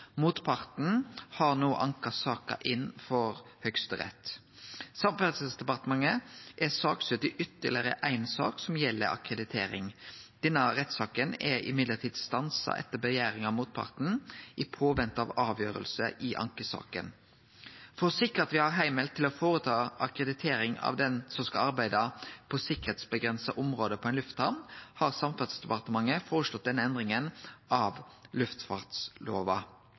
Motparten har no anka saka inn for Høgsterett. Samferdselsdepartementet er saksøkt i ytterlegare ei sak som gjeld akkreditering, men den rettssaka er stansa etter krav frå motparten medan ein ventar på avgjerd i ankesaka. For å sikre at me har heimel til å utføre akkreditering av den som skal arbeide på sikkerheitsavgrensa område på ei lufthamn, har Samferdselsdepartementet føreslått denne endringa av luftfartslova.